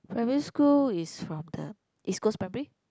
primary school is from the East Coast primary